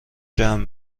جمع